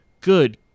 good